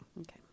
Okay